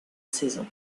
saisons